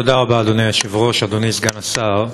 תודה רבה אדוני היושב-ראש, אדוני סגן השר,